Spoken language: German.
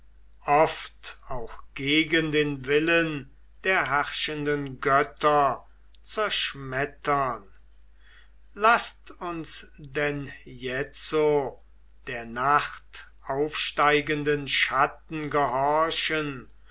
oft auch gegen den willen der herrschenden götter zerschmettern laßt uns denn jetzo der nacht aufsteigenden schatten gehorchen